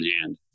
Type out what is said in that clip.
hand